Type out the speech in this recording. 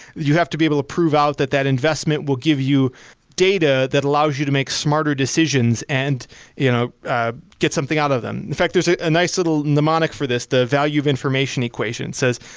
you have to be able to prove out that that investment will give you data that allows you to make smarter decisions and you know ah get something out of them. in fact, there's a nice little mnemonic for this, the value of information equations says,